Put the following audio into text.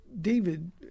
David